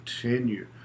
continue